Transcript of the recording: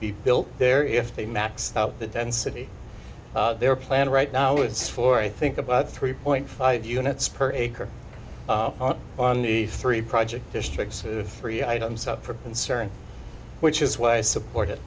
be built there if they maxed out the density their plan right now it's for i think about three point five units per acre on on the three project districts three items up for concern which is why i support